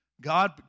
God